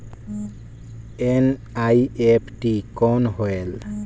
NEFT कौन होएल?